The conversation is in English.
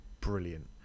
brilliant